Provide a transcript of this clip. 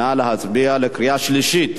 נא להצביע בקריאה שלישית.